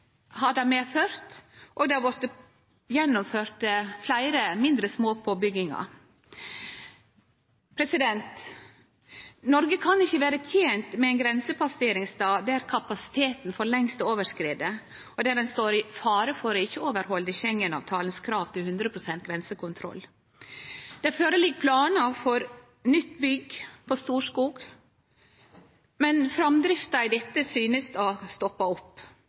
og fleire mindre småpåbyggingar har vorte gjennomførte. Noreg kan ikkje vere tent med ein grensepasseringsstad der kapasiteten for lengst er overskriden, og der ein står i fare for ikkje å overhalde krava i Schengen-avtalen til 100 pst. grensekontroll. Det ligg føre planar for eit nytt bygg på Storskog, men framdrifta i dette synest å ha stoppa opp.